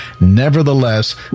nevertheless